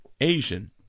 asian